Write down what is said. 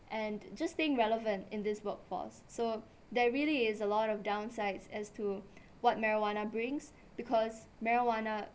and just being relevant in this workforce so there really is a lot of downsides as to what marijuana brings because marijuana